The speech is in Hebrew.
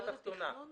בוועדות התכנון?